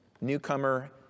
newcomer